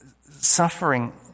Suffering